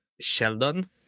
Sheldon